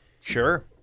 Sure